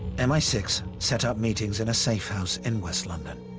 m i six set up meetings in a safe house in west london.